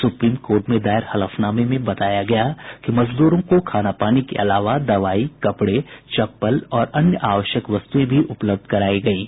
supreme court में दायर हलफनामे में बताया गया कि मजदूरों को खाना पानी के अलावा दवाई कपड़े चप्पल और अन्य आवश्यक वस्तुएं भी उपलब्ध करायी गयीं